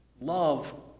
Love